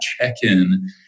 check-in